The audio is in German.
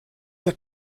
der